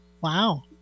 Wow